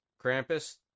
Krampus